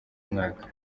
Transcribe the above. umwaka